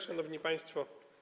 Szanowni Państwo!